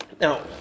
Now